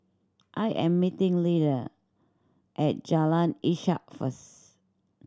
I am meeting Lida at Jalan Ishak first